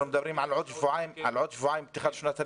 עוד שבועיים נפתחת שנת הלימודים.